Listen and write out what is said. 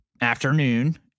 afternoon